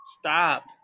Stop